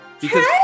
because-